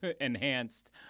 enhanced